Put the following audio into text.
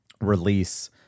release